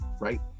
right